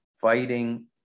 fighting